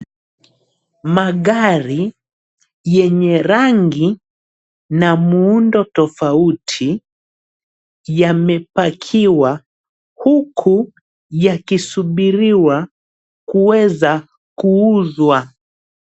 Magari yenye rangi na muundo tofauti yamepakiwa huku yakisubiriwa kuweza kuuzwa.